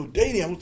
dating